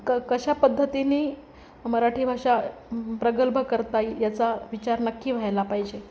क कशा पद्धतीने मराठी भाषा प्रग्लभ करता येईल याचा विचार नक्की व्हायला पाहिजे